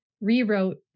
rewrote